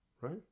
right